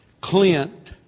Clint